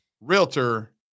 Realtor